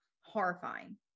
horrifying